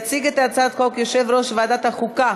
יציג את הצעת החוק יושב-ראש ועדת החוקה,